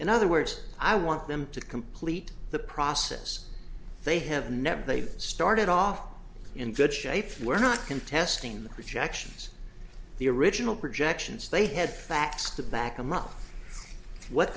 in other words i want them to complete the process they have never they've started off in good shape we're not contesting the projections the original projections they had facts to back them up what